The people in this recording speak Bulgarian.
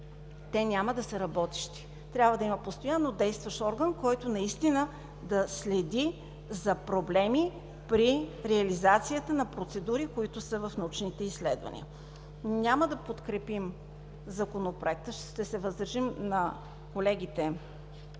те няма да са работещи. Трябва да има постоянно действащ орган, който наистина да следи за проблеми при реализацията на процедури, които са в научните изследвания. Няма да подкрепим Законопроекта на колегата